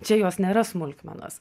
čia jos nėra smulkmenos